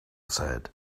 said